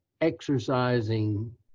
exercising